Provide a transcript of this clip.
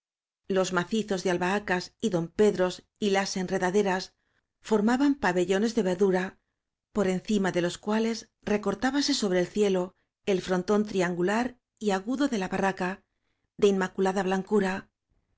los macizos de albahacas y dompedros y las enredaderas formaban pabe llones de verdura por encima de los cuales recortábase sobre el cielo el frontón triangular y agudo de la barraca de inmaculada